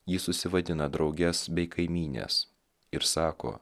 ji susivadina drauges bei kaimynes ir sako